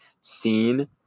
scene